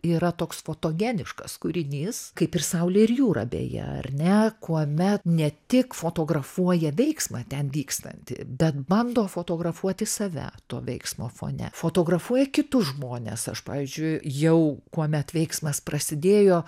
yra toks fotogeniškas kūrinys kaip ir saulė ir jūra beje ar ne kuomet ne tik fotografuoja veiksmą ten vykstantį bet bando fotografuoti save to veiksmo fone fotografuoja kitus žmones aš pavyzdžiui jau kuomet veiksmas prasidėjo